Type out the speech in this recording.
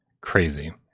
crazy